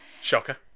Shocker